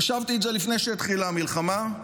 חשבתי את זה לפני שהתחילה המלחמה,